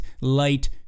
light